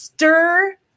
stir